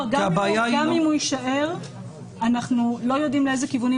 גם אם הוא יישאר אנחנו לא יודעים לאילו כיוונים.